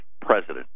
president